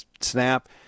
snap